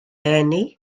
eni